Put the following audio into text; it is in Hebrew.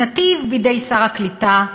"נתיב" בידי שר הקליטה,